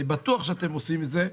אני בטוח שאתם עושים את זה,